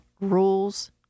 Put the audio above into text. rules